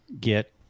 get